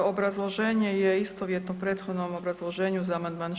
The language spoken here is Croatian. Obrazloženje je istovjetno prethodnom obrazloženju za amandman 16.